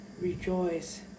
Rejoice